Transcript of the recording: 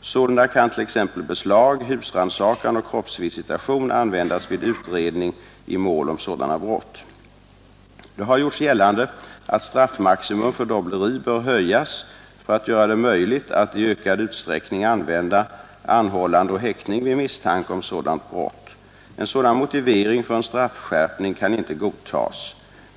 Sålunda kan t.ex. beslag, husrannsakan och kroppsvisitation användas vid utredning i mål om sådana brott. Det har gjorts gällande att straffmaximum för dobbleri bör höjas för att göra det möjligt att i ökad utsträckning använda anhållande och häktning vid misstanke om sådant brott. En sådan motivering för en straffskärpning kan inte godtas.